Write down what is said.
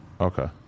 Okay